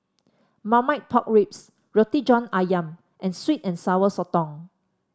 Marmite Pork Ribs Roti John ayam and sweet and Sour Sotong